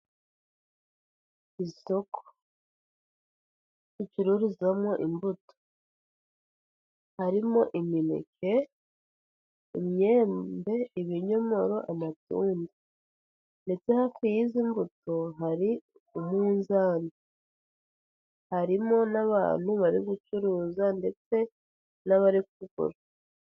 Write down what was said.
Isoko ricururizwamo imbuto harimo imineke, imyembe, ibinyomoro, amatunda ndetse hafi y'izi mbuto hari umuzani, harimo n'abantu bari gucuruza ndetse n'abari kugura.